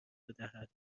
بدهد